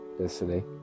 yesterday